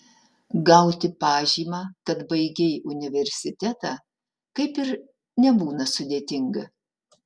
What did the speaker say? gauti pažymą kad baigei universitetą kaip ir nebūna sudėtinga